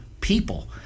people